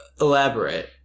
elaborate